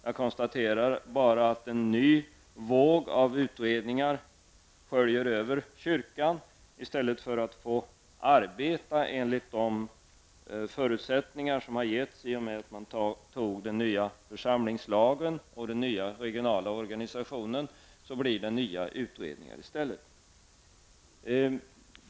Jag konstaterar bara att en ny våg av utredningar sköljer över kyrkan, i stället för att den skall kunna få arbeta enligt de förutsättningar som gavs i och med att den nya församlingslagen och den nya regionala organisationen trädde den i kraft.